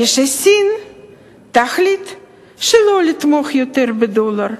כשסין תחליט שלא לתמוך יותר בדולר,